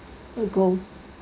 ago